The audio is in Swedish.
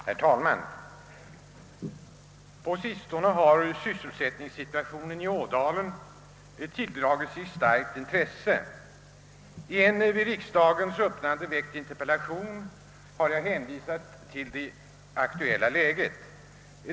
Herr talman! På sistone har sysselsättningssituationen i Ådalen tilldragit sig starkt intresse. I en vid höstriksdagens öppnande framställd interpellation har jag hänvisat till det aktuella läget.